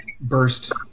burst